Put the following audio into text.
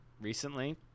recently